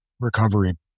Recovery